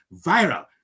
viral